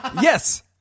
Yes